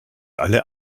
alle